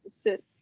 Sit